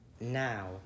Now